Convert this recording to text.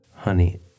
Honey